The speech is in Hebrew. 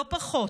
לא פחות.